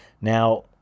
Now